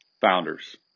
founders